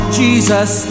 jesus